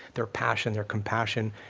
their passion, their compassion,